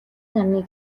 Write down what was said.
нарны